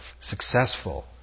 successful